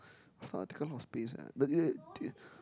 taking up a lot of space eh it it